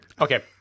Okay